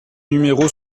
numéro